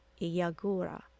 Iyagura